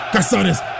Casares